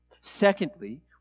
Secondly